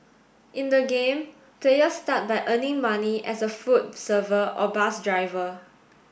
in the game players start by earning money as a food server or bus driver